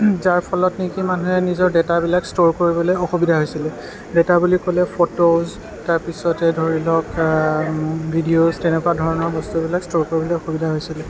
যাৰ ফলত নেকি মানুহে নিজৰ ডাটাবিলাক ষ্ট'ৰ কৰিবলৈ অসুবিধা হৈছিলে ডাটা বুলি ক'লে ফটোজ তাৰপিছতে ধৰি লওঁক ভিডিঅ'চ তেনেকুৱা ধৰণৰ বস্তুবিলাক ষ্ট'ৰ কৰিবলৈ অসুবিধা হৈছিলে